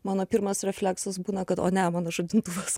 mano pirmas refleksas būna kad o ne mano žadintuvas